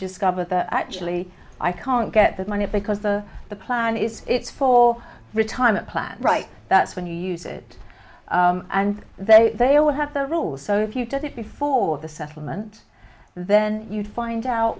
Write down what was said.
discover that actually i can't get that money because the plan is it's for retirement plan right that's when you use it and they they all have the rules so if you've done it before the settlement then you find out